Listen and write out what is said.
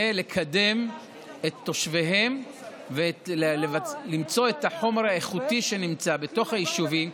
לקדם את תושביהן ולמצוא את החומר האיכותי שנמצא בתוך היישובים